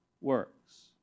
works